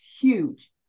huge